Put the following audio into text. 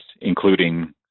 including